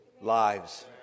lives